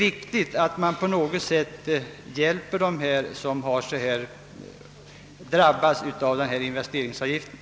Jag anser alltså att det är viktigt att man hjälper dem som på detta sätt drabbas av investeringsavgiften.